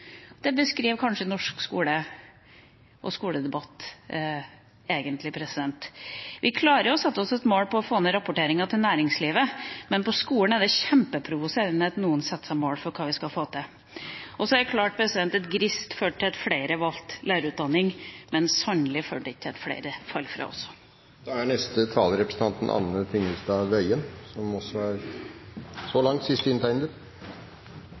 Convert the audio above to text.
det beskriver egentlig norsk skole og skoledebatt. Vi klarer å sette oss et mål på å få ned rapporteringa i næringslivet, men i skolen er det kjempeprovoserende at noen setter seg mål for hva vi skal få til. Så er det klart at GNIST førte til at flere valgte lærerutdanning, men sannelig førte det ikke også til at flere falt fra. Noen blir provosert. Jeg synes det er